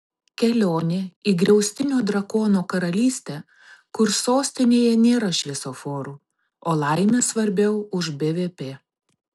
kelionė į griaustinio drakono karalystę kur sostinėje nėra šviesoforų o laimė svarbiau už bvp